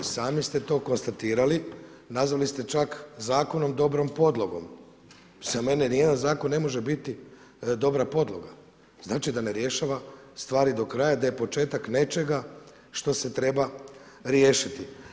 I sami ste to konstatirali, nazvali ste čak zakonom dobrom podlogom, samo meni ni jedan zakon ne može biti dobra podloga, znači da ne rješava stvari do kraja, da je početak nečega što se treba riješiti.